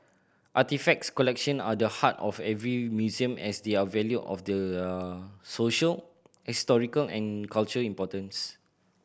artefacts collection are the heart of every museum as they are valued for their social historical and cultural importance